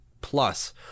plus